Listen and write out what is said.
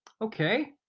Okay